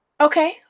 Okay